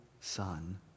Son